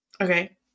okay